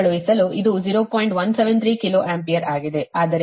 173 kilo ampere ಆಗಿದೆ ಆದರೆ ಇಲ್ಲಿ ಅದು 0